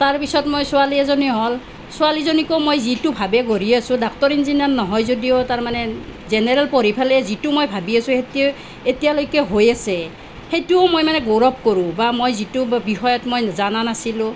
তাৰপিছত মোৰ ছোৱালী এজনী হ'ল ছোৱালীজনীকো মই যিটো ভাৱে গঢ়ি আছোঁ ডাক্টৰ ইঞ্জিনিয়াৰ নহয় যদিও তাৰ মানে জেনেৰেল পঢ়ি ফেলে যিটো মই ভাবি আছোঁ সেইটো এতিয়ালৈকে হৈ আছে সেইটোৱো মই মানে গৌৰৱ কৰোঁ বা মই যিটো বিষয়ত মই জনা নাছিলোঁ